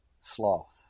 Sloth